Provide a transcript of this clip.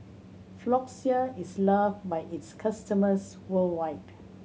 Floxia is loved by its customers worldwide